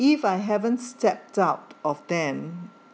if I haven't stepped out of them